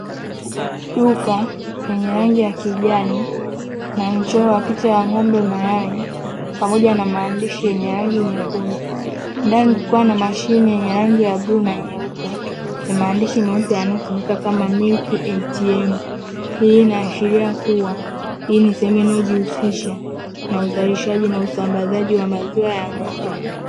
Duka lenye rangi ya kijani na mchoro wa picha ya ng’ombe mmayani pamoja na maandishi yenye rangi nyekundu, ndani kukiwa na Mashine yenye rangi ya bluu na nyeupe na maandishi meupe yanayosomeka kama “milk atm” hii inashiria kuwa hii ni sehemu inayojihusisha na uzalishaji na usambazaji wa maziwa ya ng’ombe.